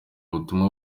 ubutumwa